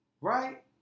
Right